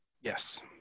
Yes